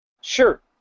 Sure